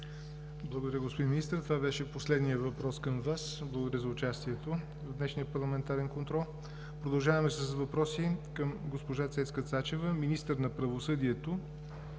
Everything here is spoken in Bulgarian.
Благодаря Ви, господин Министър – това беше последният въпрос към Вас и Ви благодаря за участието в днешния парламентарен контрол. Продължаваме с въпроси към госпожа Цецка Цачева – министър на правосъдието,